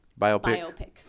Biopic